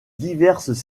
diverses